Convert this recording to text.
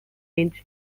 inch